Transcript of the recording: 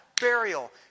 burial